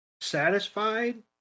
satisfied